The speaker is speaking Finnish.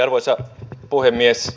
arvoisa puhemies